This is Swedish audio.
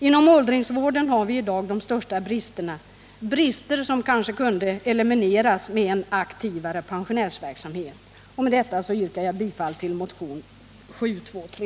Inom åldringsvården har vi i dag de största bristerna, brister som kanske kunde elimineras med en aktivare pensionärsverksamhet. Med detta yrkar jag bifall till motionen 723.